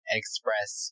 express